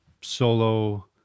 solo